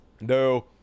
No